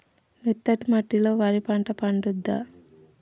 మెత్తటి మట్టిలో వరి పంట పండుద్దా?